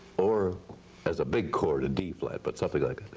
or as a big chord, a d flat. but something like